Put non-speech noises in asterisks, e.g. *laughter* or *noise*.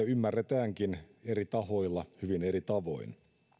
*unintelligible* ymmärretäänkin eri tahoilla hyvin eri tavoin